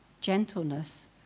gentleness